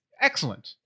excellent